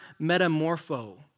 metamorpho